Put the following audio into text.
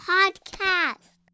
Podcast